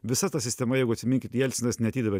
visa ta sistema jeigu atsiminkit jelcinas neatidavė